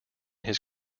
his